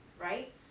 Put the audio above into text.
right